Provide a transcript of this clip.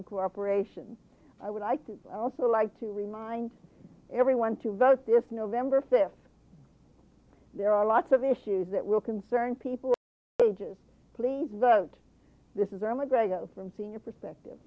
and cooperation i would like to i'd also like to remind everyone to vote this november fifth there are lots of issues that will concern people ages please note this is our mcgregor from senior perspective